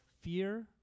fear